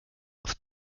auf